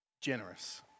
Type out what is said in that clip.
generous